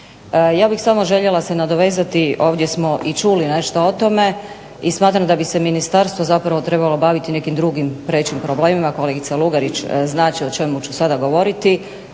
Ja bih se željela nadovezati ovdje smo čuli nešto o tome i smatram da bi se Ministarstvo trebalo baviti nekim prečim problemima, kolegica Lugarić znati će o čemu ću sada govoriti.